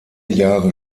jahre